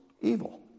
evil